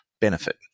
benefit